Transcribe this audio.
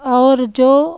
और जो